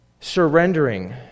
surrendering